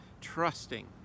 trusting